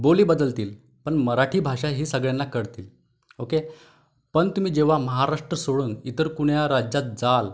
बोली बदलतील पण मराठी भाषा ही सगळ्यांना कळते ओके पण तुम्ही जेव्हां महाराष्ट्र सोडून इतर कुण्या राज्यात जाल